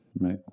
Right